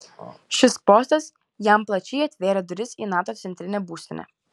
šis postas jam plačiai atvėrė duris į nato centrinę būstinę